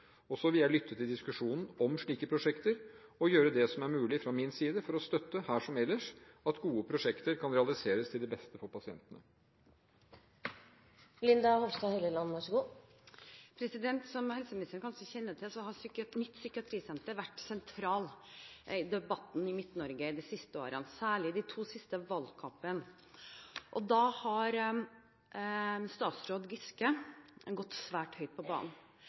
vil lytte til diskusjonen om slike prosjekter og gjøre det som er mulig fra min side, for å støtte – her som ellers – at gode prosjekter kan realiseres til det beste for pasientene. Som helseministeren kanskje kjenner til, har et nytt psykiatrisenter vært sentralt i debatten i Midt-Norge de siste årene og særlig i de to siste valgkampene. Da har statsråd Giske gått svært høyt på banen.